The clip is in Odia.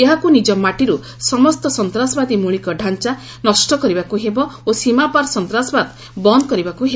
ଏହାକୁ ନିଜ ମାଟିରୁ ସମସ୍ତ ସନ୍ତାସବାଦୀ ମୌଳିକ ଡାଞ୍ଚା ନଷ୍ଟ କରିବାକୁ ହେବ ଓ ସୀମାପାର୍ ସନ୍ତାସବାଦ ବନ୍ଦ କରିବାକୁ ହେବ